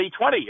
2020